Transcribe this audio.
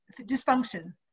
dysfunction